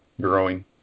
growing